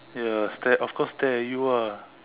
ya stare of course stare at you ah